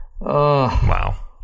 Wow